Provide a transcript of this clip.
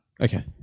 Okay